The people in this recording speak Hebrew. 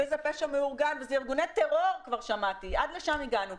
זה פשע מאורגן וזה ארגוני טרור עד לשם הגענו.